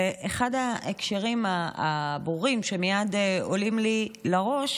ואחד ההקשרים הברורים שמייד עולים לי לראש